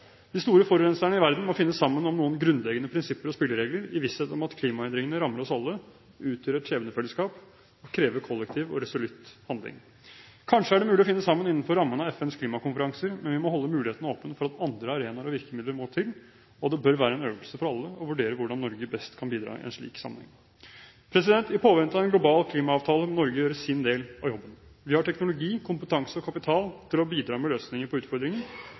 De store forurenserne i verden må finne sammen om noen grunnleggende prinsipper og spilleregler, i visshet om at klimaendringene rammer oss alle, utgjør et skjebnefellesskap og krever kollektiv og resolutt handling. Kanskje er det mulig å finne sammen innenfor rammen av FNs klimakonferanser, men vi må holde muligheten åpen for at andre arenaer og virkemidler må til, og det bør være en øvelse for alle å vurdere hvordan Norge best kan bidra i en slik sammenheng. I påvente av en global klimaavtale må Norge gjøre sin del av jobben. Vi har teknologi, kompetanse og kapital til å bidra med løsninger på